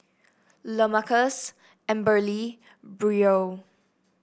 Lamarcus Amberly Brielle